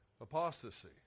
apostasy